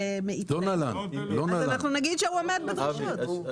נגיד שהוא עומד בדרישות.